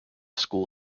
school